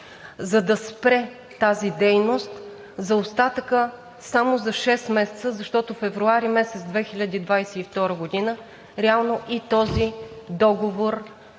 за да спре тази дейност за остатъка само за шест месеца, защото месец февруари 2022 г. реално и този договор